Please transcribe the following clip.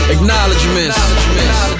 Acknowledgements